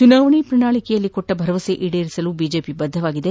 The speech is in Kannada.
ಚುನಾವಣೆ ಪ್ರಣಾಳಕೆಯಲ್ಲಿ ಕೊಟ್ಲ ಭರವಸೆ ಈಡೇರಿಸಲು ಬಿಜೆಪಿ ಬದ್ದವಾಗಿದೆ